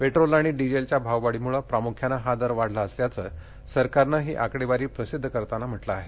petrol आणि डिझेलच्या भाववाढीमुळे प्रामुख्यानं हा दर वाढला असल्याचं सरकारनं ही आकडेवारी प्रसिद्ध करताना म्हटलं आहे